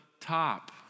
top